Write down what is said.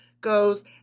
goes